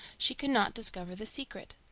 she could not discover the secret.